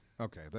Okay